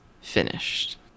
finished